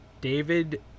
David